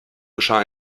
geschah